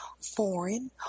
foreign